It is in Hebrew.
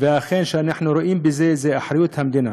אנחנו רואים בזה, זו אחריות המדינה.